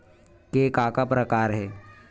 के का का प्रकार हे?